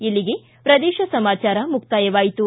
ಇಲ್ಲಿಗೆ ಪ್ರದೇಶ ಸಮಾಚಾರ ಮುಕ್ತಾಯವಾಯಿತು